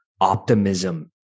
optimism